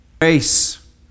Grace